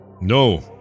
No